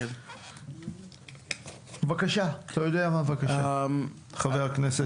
בבקשה, חבר הכנסת ביטון.